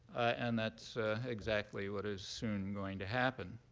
and that's exactly what is soon going to happen.